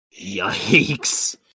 Yikes